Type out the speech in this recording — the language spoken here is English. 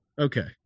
Okay